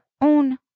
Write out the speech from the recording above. own